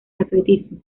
atletismo